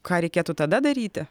ką reikėtų tada daryti